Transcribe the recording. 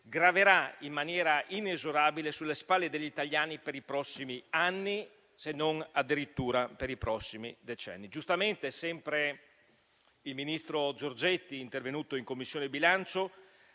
graverà in maniera inesorabile sulle spalle degli italiani per i prossimi anni, se non addirittura per i prossimi decenni? Giustamente sempre il ministro Giorgetti, intervenuto in Commissione bilancio,